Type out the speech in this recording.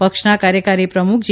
પક્ષના કાર્યકારી પ્રમુખ જે